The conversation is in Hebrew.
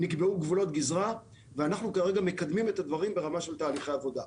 נקבעו גבולות גזרה ואנחנו כרגע מקדמים את הדברים ברמה של תהליכי עבודה.